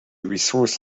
resource